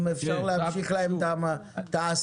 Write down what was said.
אם אפשר להמשיך להם את ההעסקה.